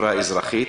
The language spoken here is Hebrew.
החברה האזרחית